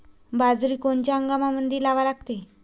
बाजरी कोनच्या हंगामामंदी लावा लागते?